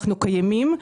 אנחנו קיימים,